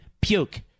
puke